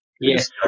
Yes